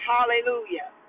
Hallelujah